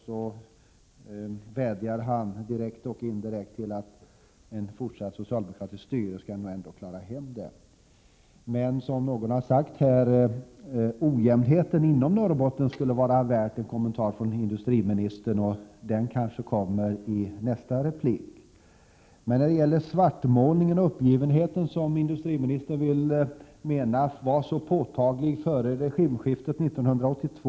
Så vädjade han, direkt och indirekt, till väljarna genom att säga att ett fortsatt socialdemokratiskt styre nog ändå skall klara hem det. Som någon här har sagt skulle obalansen inom Norrbotten vara värd en kommentar från industriministern. Den kanske kommer i nästa replik. Industriministern gjorde en svartmålning och menade att uppgivenheten var påtaglig före regimskiftet 1982.